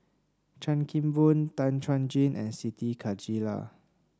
Chan Kim Boon Tan Chuan Jin and Siti Khalijah